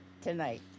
tonight